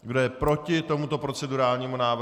Kdo je proti tomuto procedurálnímu návrhu?